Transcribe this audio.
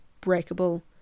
breakable